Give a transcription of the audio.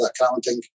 accounting